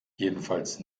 jedenfalls